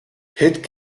hetk